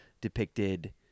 depicted